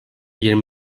yirmi